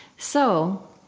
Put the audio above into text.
so